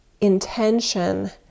intention